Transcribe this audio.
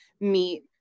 meet